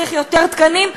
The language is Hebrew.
צריך יותר תקנים?